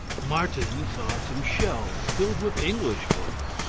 martin saw some shelves filled with english books.